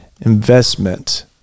investment